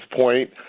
point